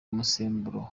umusemburo